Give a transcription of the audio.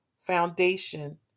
foundation